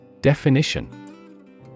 Definition